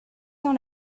dans